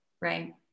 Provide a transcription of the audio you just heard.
right